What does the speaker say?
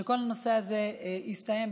כשכל הנושא הזה יסתיים,